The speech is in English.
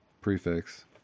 Prefix